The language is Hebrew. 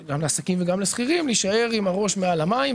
גם לעסקים וגם לשכירים, להישאר עם הראש מעל המים.